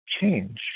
change